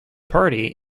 party